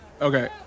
Okay